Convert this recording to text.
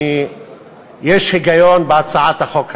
יש היגיון בהצעת החוק הזאת,